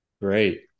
Great